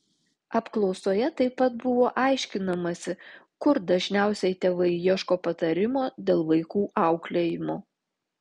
apklausoje taip pat buvo aiškinamasi kur dažniausiai tėvai ieško patarimo dėl vaikų auklėjimo